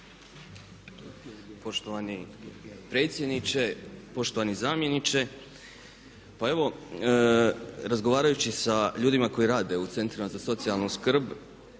Poštovani predsjedniče, poštovani zamjeniče. Pa evo, razgovarajući sa ljudima koji rade u centrima za socijalnu skrb